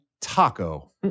Taco